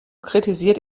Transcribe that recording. kritisiert